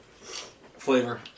Flavor